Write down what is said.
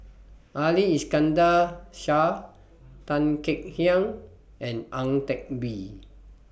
Ali Iskandar Shah Tan Kek Hiang and Ang Teck Bee